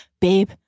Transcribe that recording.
babe